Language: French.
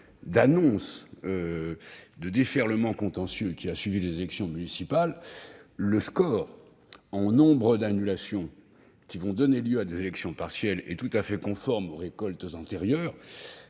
d'annonces de déferlements contentieux ayant suivi les élections municipales, le nombre d'annulations qui vont donner lieu à des élections partielles est tout à fait conforme aux « récoltes » antérieures.